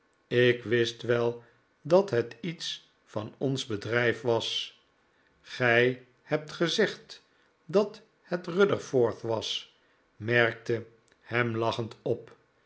ik wist wel dat het iets van ons bedrijf was gij hebt gezegd dat het rudderforth was merkte ham lachend op